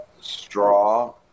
straw